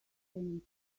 can